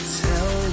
tell